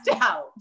out